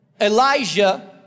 Elijah